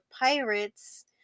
Pirates